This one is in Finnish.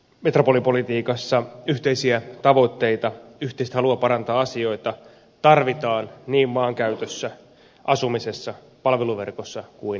metropolipolitiikassa yhteisiä tavoitteita yhteistä halua parantaa asioita tarvitaan niin maankäytössä asumisessa palveluverkossa kuin liikenteessäkin